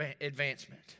advancement